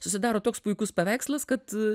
susidaro toks puikus paveikslas kad